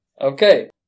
Okay